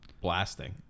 blasting